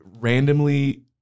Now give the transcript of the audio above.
randomly